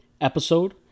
episode